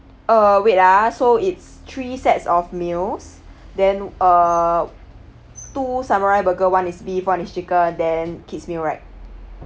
uh wait ah so it's three sets of meals then uh two samurai burger one is beef one is chicken then kids meal right